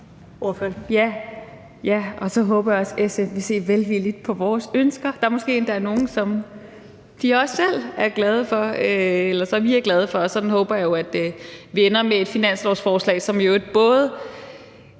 Ja, og så håber jeg også, at SF vil se velvilligt på vores ønsker. Der er måske endda nogle, som de også selv er glade for, og som vi er glade for, og sådan håber jeg jo, at vi ender med et finanslovsforslag, som i øvrigt kan